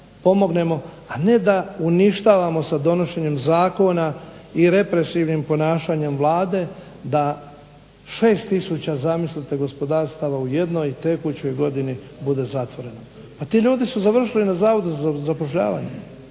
a ne da uništavamo sa donošenjem zakona i represivnim ponašanjem Vlade da 6 tisuća zamislite gospodarstava u jednoj tekućoj godini bude zatvoreno. Pa ti ljudi su završili na Zavodu za zapošljavanje.